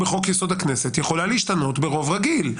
בחוק-יסוד: הכנסת יכולה להשתנות ברוב רגיל.